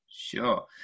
Sure